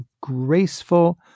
graceful